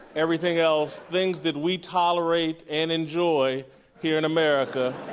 everything else, things that we tolerate and enjoy here in america,